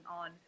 on